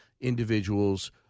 individuals